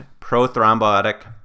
Prothrombotic